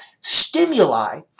Stimuli